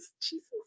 Jesus